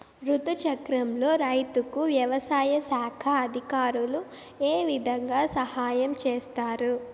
రుతు చక్రంలో రైతుకు వ్యవసాయ శాఖ అధికారులు ఏ విధంగా సహాయం చేస్తారు?